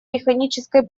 механической